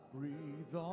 Breathe